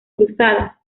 cruzadas